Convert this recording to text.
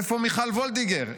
איפה מיכל וולדיגר?